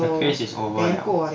the craze is over liao